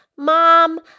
Mom